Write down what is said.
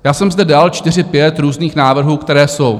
Já jsem zde dal čtyři, pět různých návrhů, které jsou.